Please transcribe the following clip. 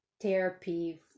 therapy